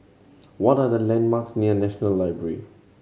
what are the landmarks near National Library